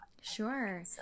Sure